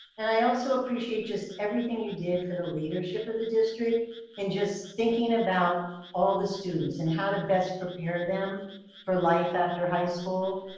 and i also appreciate just everything you did for the leadership of the district and just thinking about all the students and how to best prepare them for life after high school.